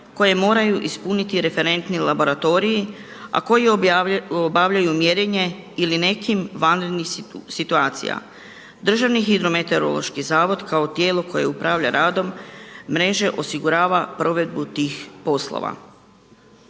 koje moraju ispuniti referentni laboratoriji, a koji obavljaju mjerenje ili nekih vanrednih situacija. Državni hidrometeorološki zavod kao tijelo koje upravlja radom mreže osigurava provedbu tih poslova.